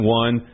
one